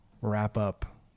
wrap-up